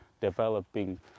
developing